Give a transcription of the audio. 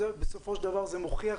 בסופו של דבר זה מוכיח,